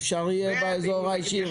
אפשר באזור האישי?